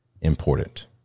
important